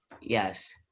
Yes